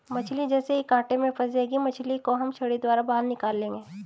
मछली जैसे ही कांटे में फंसेगी मछली को हम छड़ी द्वारा बाहर निकाल लेंगे